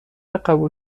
قبول